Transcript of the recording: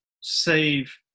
save